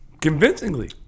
convincingly